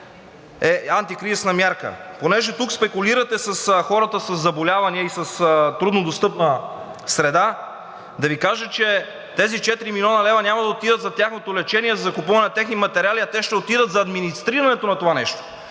е антикризисна мярка. Понеже тук спекулирате с хората със заболявания и с труднодостъпна среда, да Ви кажа, че тези 4 млн. лв. няма да отидат за тяхното лечение, за закупуване на техни материали, а те ще отидат за администрирането на това нещо.